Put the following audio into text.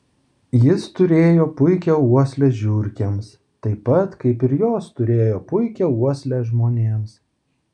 jis turėjo puikią uoslę žiurkėms taip pat kaip ir jos turėjo puikią uoslę žmonėms